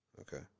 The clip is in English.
okay